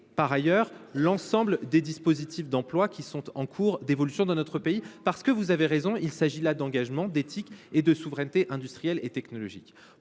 examiner l’ensemble des dispositifs d’emploi qui sont en cours d’évolution dans notre pays. Vous avez raison, il s’agit là d’engagement, d’éthique, ainsi que de souveraineté industrielle et technologique.